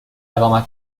اقامت